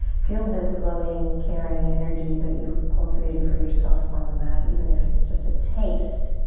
feel this loving, caring energy that you've cultivated for yourself on the mat, even if it's just a taste.